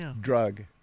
drug